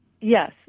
Yes